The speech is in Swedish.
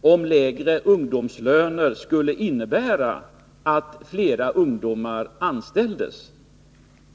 om lägre ungdomslöner skulle innebära att fler ungdomar anställdes.